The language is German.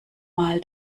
mal